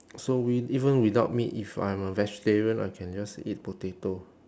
so wi~ even without meat if I'm a vegetarian I can just eat potato